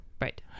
Right